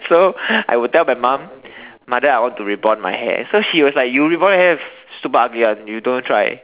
so I would tell my mom mother I want to rebond my hair so she was like you rebond your hair super ugly you don't try